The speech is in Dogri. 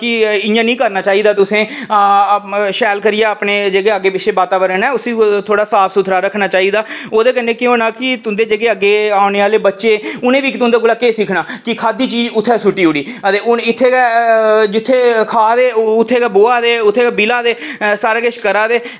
की इंया निं करना चाहिदा तुसें आं शैल करियै जेह्के अपनें अग्गें पिच्छें जेह्ड़ा वातावरण ऐ उसी साफ सुथरा रक्खना चाहिदा ते ओह्दे कन्नै केह् होना की तुंदे अग्गें जेह्के औने आह्ले बच्चे उ'नें बी तुं'दे कोला केह् सिक्खना आं कि खाद्धी चीज़ कुत्थें सु'ट्टी ओड़ी हून उत्थै गै जित्थै खा दे ओह् उत्थै गै ब'वा दे उत्थै गै ब्हिला दे सारा किश करा दे